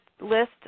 list